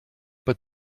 but